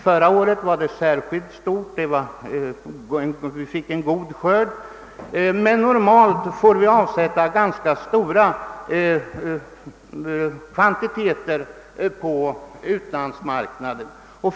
Förra året var detta överskott särskilt stort, eftersom det var ett gott skördeår, men även normala år får vi avsätta ganska stora kvantiteter på utlandsmarknaderna.